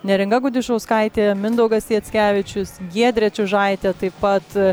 neringa gudišauskaitė mindaugas jackevičius giedrė čiužaitė taip pat